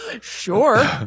Sure